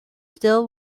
still